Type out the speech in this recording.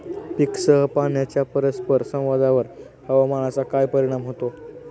पीकसह पाण्याच्या परस्पर संवादावर हवामानाचा काय परिणाम होतो?